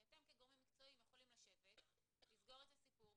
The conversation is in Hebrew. כי אתם כגורמים מקצועיים יכולים לשבת ולסגור את סיפור,